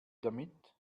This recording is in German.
damit